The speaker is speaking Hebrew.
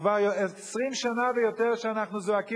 כבר 20 שנה ויותר שאנחנו זועקים,